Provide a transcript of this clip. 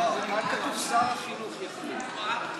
חבר הכנסת יהודה גליק,